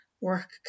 Work